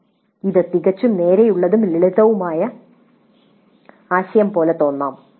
" ഇത് തികച്ചും നേരെയുള്ളതും ലളിതവുമായ ആശയം പോലെ തോന്നാം